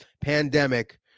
pandemic